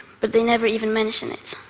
but they never even mention it.